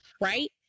Right